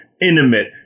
intimate